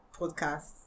podcast